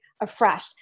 afresh